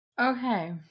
Okay